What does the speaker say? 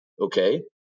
okay